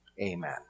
Amen